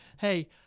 hey